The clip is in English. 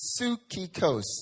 Sukikos